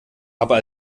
aber